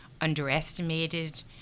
underestimated